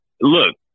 look